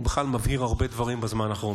הוא בכלל מבהיר הרבה דברים בזמן האחרון.